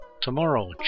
tomorrow